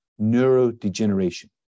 neurodegeneration